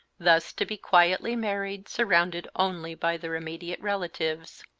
thus to be quietly married, surrounded only by their immediate relatives.